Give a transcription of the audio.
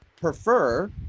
prefer